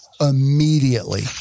immediately